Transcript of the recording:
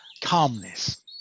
calmness